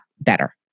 better